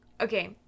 Okay